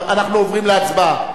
אנחנו עוברים להצבעה.